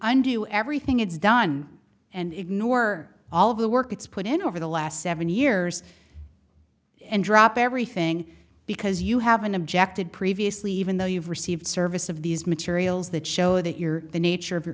undo everything it's done and ignore all of the work it's put in over the last seven years and drop everything because you haven't objected previously even though you've received service of these materials that show that your the nature of your